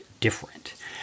different